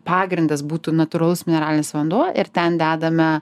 pagrindas būtų natūralus mineralinis vanduo ir ten dedame